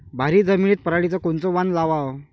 भारी जमिनीत पराटीचं कोनचं वान लावाव?